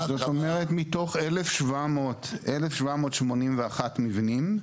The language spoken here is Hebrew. אומרת, מתוך 1,781 מבנים,